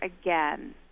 again